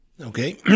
Okay